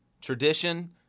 tradition